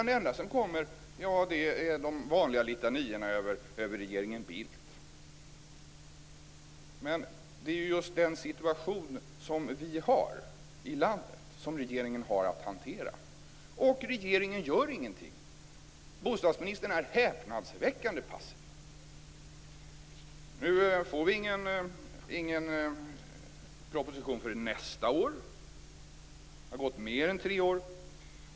Det enda som kommer är de vanliga litaniorna över regeringen Bildt. Det är ju just den situation som vi har i landet som regeringen har att hantera. Och regeringen gör ingenting! Bostadsministern är häpnadsväckande passiv. Nu får vi ingen proposition förrän nästa år. Det har gått mer än tre år.